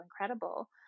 incredible